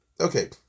Okay